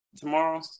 tomorrow